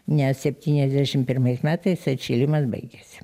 nes septyniasdešim pirmais metais atšilimas baigėsi